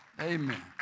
Amen